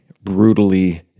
brutally